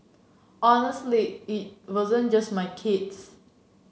honestly it wasn't just my kids